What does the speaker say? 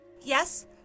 Yes